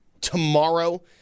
tomorrow